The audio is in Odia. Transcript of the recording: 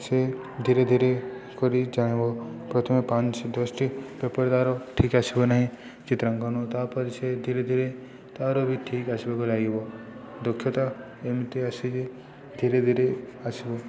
ସେ ଧୀରେ ଧୀରେ କରି ଜାଣିବ ପ୍ରଥମେ ପାଞ୍ଚ ଦଶଟି ପେପର ତା'ର ଠିକ୍ ଆସିବ ନାହିଁ ଚିତ୍ରାଙ୍କନ ତାପରେ ସେ ଧୀରେ ଧୀରେ ତା'ର ବି ଠିକ୍ ଆସିବାକୁ ଲାଗିବ ଦକ୍ଷତା ଏମିତି ଆସି ଯେ ଧୀରେ ଧୀରେ ଆସିବ